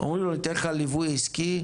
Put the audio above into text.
אומרים לו: "ניתן לך ליווי עסקי,